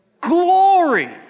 glory